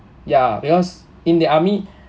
ya because in the army